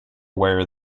aware